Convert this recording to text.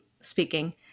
speaking